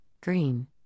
Green